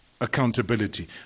accountability